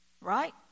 Right